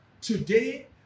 Today